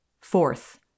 Fourth